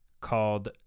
Called